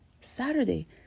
Saturday